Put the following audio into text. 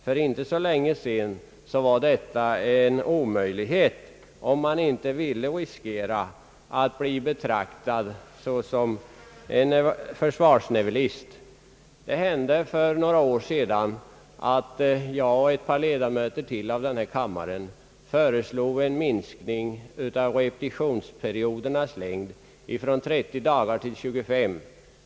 För inte så länge sedan var detta en omöjlighet, om man inte ville riskera att bli betraktad såsom försvarsnihilist. För några år sedan föreslog jag och ett par andra ledamöter av denna kammare en minskning av repetitionsperiodernas längd från 30 dagar till 25.